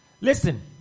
Listen